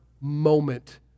moment